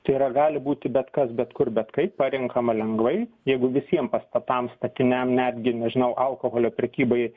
tai yra gali būti bet kas bet kur bet kaip parenkama lengvai jeigu visiem pastatam statiniam netgi nežinau alkoholio prekybai